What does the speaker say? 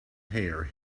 hair